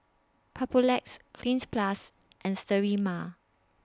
Papulex Cleanz Plus and Sterimar